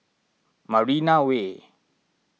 Marina Way